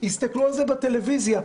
יסתכלו על זה בטלוויזיה.